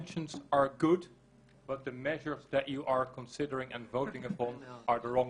טובות אבל האמצעים שאתם לוקחים בחשבון ומצביעים עליהם הם לא נכונים.